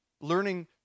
learning